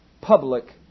public